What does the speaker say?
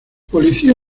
policía